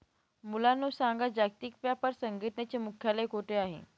मुलांनो सांगा, जागतिक व्यापार संघटनेचे मुख्यालय कोठे आहे